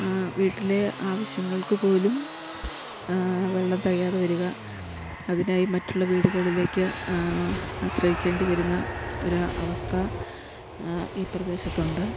വീട്ടിലെ ആവശ്യങ്ങൾക്കു പോലും വെള്ളം തികയാതെ വരിക അതിനായി മറ്റുള്ള വീടുകളിലേക്ക് ആശ്രയിക്കേണ്ടി വരുന്ന ഒരു അവസ്ഥ ഈ പ്രദേശത്തുണ്ട്